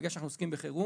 בגלל שאנחנו עוסקים בחירום,